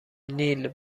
نیل